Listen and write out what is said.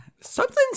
something's